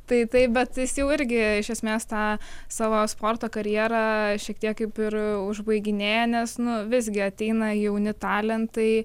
tai taip bet jis jau irgi iš esmės tą savo sporto karjera šiek tiek kaip ir užbaiginėja nes nu visgi ateina jauni talentai